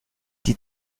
die